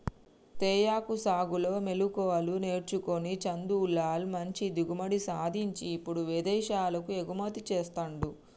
తేయాకు సాగులో మెళుకువలు నేర్చుకొని చందులాల్ మంచి దిగుబడి సాధించి ఇప్పుడు విదేశాలకు ఎగుమతి చెస్తాండు